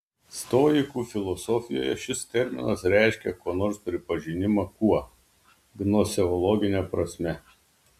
stoikų filosofijoje šis terminas reiškia ko nors pripažinimą kuo gnoseologine prasme